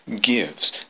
gives